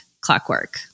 clockwork